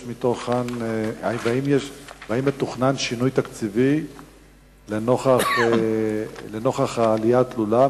והאם מתוכנן שינוי תקציבי לנוכח העלייה התלולה?